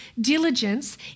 diligence